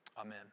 Amen